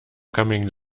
coming